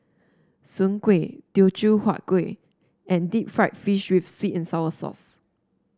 Soon Kueh Teochew Huat Kuih and Deep Fried Fish with sweet and sour sauce